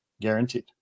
guaranteed